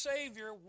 Savior